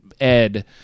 ed